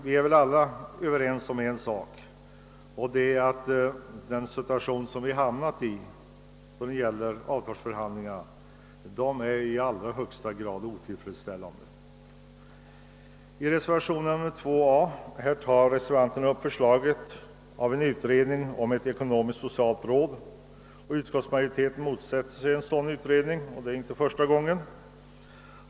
Vi är väl alla överens om en sak, nämligen att den situation som vi har hamnat i då det gäller avtalsförhandlingarna är i allra högsta grad otillfredsställande. I reservationen 2 a föreslår reservanterna en utredning om ett ekonomisksocialt råd. Utskottsmajoriteten motsätter sig en sådan utredning, och det är inte första gången.